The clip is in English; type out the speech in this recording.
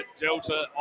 Delta